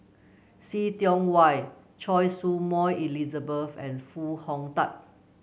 See Tiong Wah Choy Su Moi Elizabeth and Foo Hong Tatt